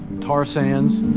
tar sands.